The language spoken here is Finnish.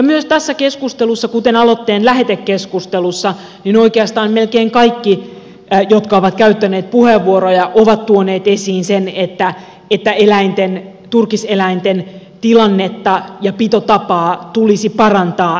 myös tässä keskustelussa kuten aloitteen lähetekeskustelussa oikeastaan melkein kaikki jotka ovat käyttäneet puheenvuoroja ovat tuoneet esiin sen että turkiseläinten tilannetta ja pitotapaa tulisi parantaa nykyisestä